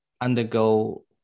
undergo